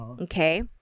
okay